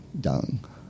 dung